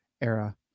era